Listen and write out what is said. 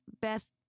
Beth